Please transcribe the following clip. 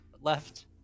left